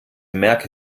merke